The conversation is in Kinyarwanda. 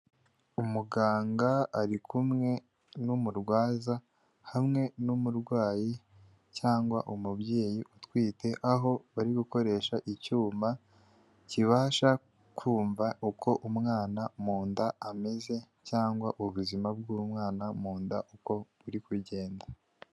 Umuganga ari kumwe n'umurwaza hamwe n'umurwayi cyangwa umubyeyi utwite, aho bari gukoresha icyuma kibasha kumva uko umwana mu nda ameze cyangwa ubuzima bw'umwana mu nda uko buri kugenda.